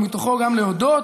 ומתוכו גם להודות